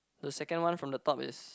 the second one from the top is